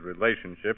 relationship